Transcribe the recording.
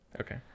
Okay